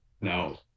No